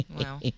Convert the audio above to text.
Wow